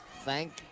thank